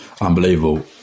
Unbelievable